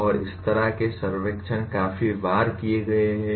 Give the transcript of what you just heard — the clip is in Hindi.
और इस तरह के सर्वेक्षण काफी बार किए गए हैं